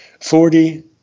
Forty